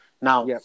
Now